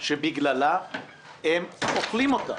שבגללה הם "אוכלים אותה".